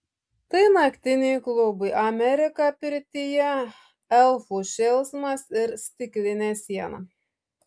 tai naktiniai klubai amerika pirtyje elfų šėlsmas ir stiklinė siena